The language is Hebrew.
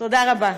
תודה רבה.